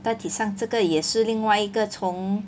大体上这个也是另外一个从